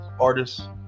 artists